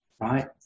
Right